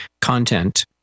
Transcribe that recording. content